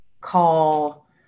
call